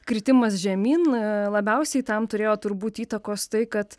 kritimas žemyn labiausiai tam turėjo turbūt įtakos tai kad